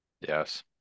Yes